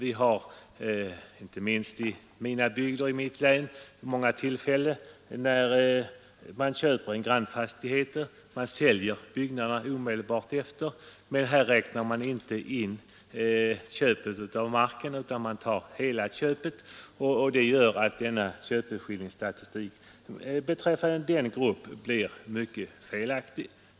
Inte minst i mitt län händer det vid många tillfällen att jordbrukare köper en grannfastighet och säljer byggnaderna omedelbart därefter. I statistiken inräknas emellertid inte köpet av enbart marken utan hela köpet, vilket gör att köpeskillingsstatistiken beträffande denna grupp blir mycket felaktig.